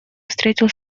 встретил